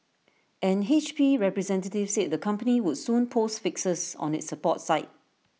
an H P representative said the company would soon post fixes on its support site